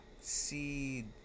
see